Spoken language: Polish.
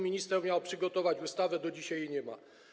Minister miał przygotować ustawę, do dzisiaj jej nie ma.